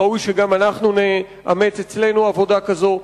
ראוי שגם אנחנו נאמץ אצלנו עבודה כזאת.